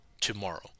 tomorrow